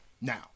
Now